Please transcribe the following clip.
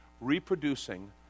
reproducing